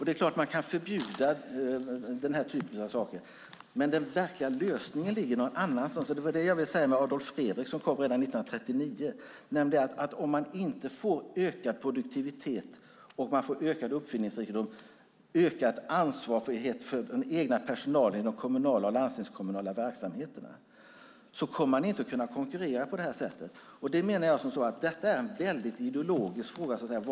Det är klart att man kan förbjuda det, men den verkliga lösningen ligger någon annanstans, och det var det jag ville säga med exemplet Adolf Fredrik som kom redan 1939: Får man inte en ökad produktivitet och uppfinningsrikedom, ökad frihet och ett ökat ansvar för den egna personalen inom de kommunala och landstingskommunala verksamheterna så kommer man inte att kunna konkurrera på det här sättet. Vad man ska göra först menar jag är en ideologisk fråga.